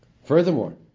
Furthermore